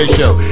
show